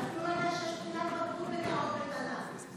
אתה אפילו לא יודע שיש בחינת בגרות בקרוב בתנ"ך.